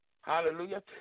Hallelujah